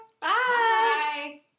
Bye